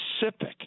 specific